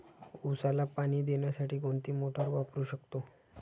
उसाला पाणी देण्यासाठी कोणती मोटार वापरू शकतो?